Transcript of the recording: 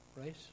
right